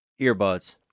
earbuds